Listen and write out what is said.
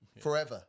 forever